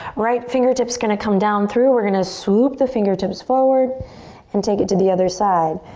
right fingertips gonna come down through. we're gonna swoop the fingertips forward and take it to the other side.